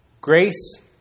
Grace